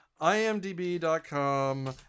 imdb.com